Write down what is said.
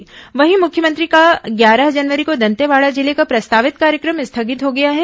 इस वजह से मुख्यमंत्री का ग्यारह जनवरी को दंतेवाड़ा जिले का प्रस्तावित कार्यक्रम स्थगित हो गया है